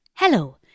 Hello